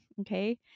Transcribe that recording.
Okay